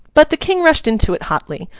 but the king rushed into it hotly,